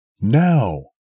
Now